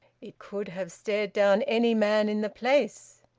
it could have stared down any man in the place,